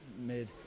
mid